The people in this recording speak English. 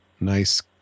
nice